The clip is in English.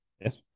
Yes